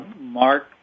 Mark